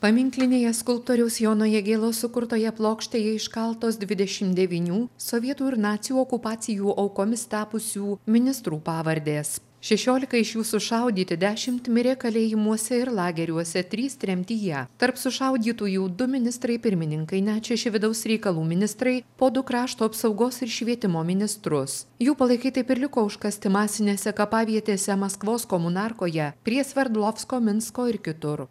paminklinėje skulptoriaus jono jagėlos sukurtoje plokštėje iškaltos dvidešimt devynių sovietų ir nacių okupacijų aukomis tapusių ministrų pavardės šešiolika iš jų sušaudyti dešimt mirė kalėjimuose ir lageriuose trys tremtyje tarp sušaudytųjų du ministrai pirmininkai net šeši vidaus reikalų ministrai po du krašto apsaugos ir švietimo ministrus jų palaikai taip ir liko užkasti masinėse kapavietėse maskvos komunarkoje prie sverdlovsko minsko ir kitur